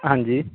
ਹਾਂਜੀ